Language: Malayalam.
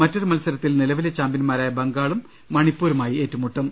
മറ്റൊരു മത്സരത്തിൽ നിലവിലെ ചാമ്പ്യന്മാരായ ബംഗാളും മണിപ്പൂരും ഏറ്റുമുട്ടും